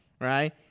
right